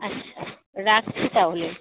আচ্ছা রাখছি তাহলে